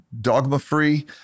dogma-free